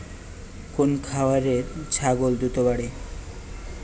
কোন খাওয়ারে ছাগল দ্রুত বাড়ে?